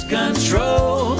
control